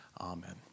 amen